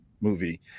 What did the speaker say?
movie